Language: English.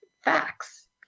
facts